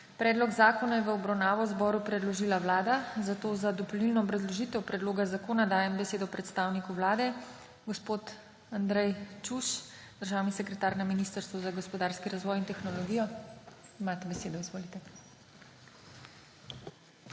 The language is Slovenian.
Predlog zakona je v obravnavo Državnemu zboru predložila Vlada, zato za dopolnilno obrazložitev predloga zakona dajem besedo predstavniku Vlade. Gospod Andrej Čuš, državni sekretar na Ministrstvu za gospodarski razvoj in tehnologijo. Imate besedo, izvolite.